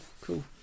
cool